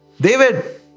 David